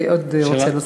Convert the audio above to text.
עוד אופציה.